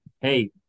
hey